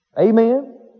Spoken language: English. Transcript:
Amen